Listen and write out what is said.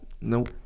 Nope